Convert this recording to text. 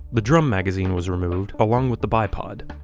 the drum magazine was removed, along with the bi-pod.